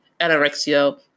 anorexia